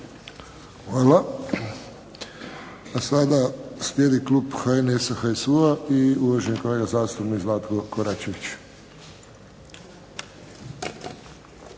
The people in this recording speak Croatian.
Hvala. Sada slijedi klub HNS-a, HSU-a i uvaženi kolega zastupnik Zlatko Koračević.